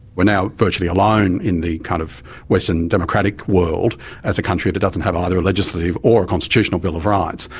we're now virtually alone in the kind of western democratic world as a country that doesn't have either a legislative or a constitutional bill of rights.